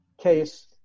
case